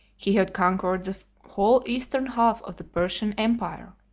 he had conquered the whole eastern half of the persian empire.